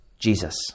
Jesus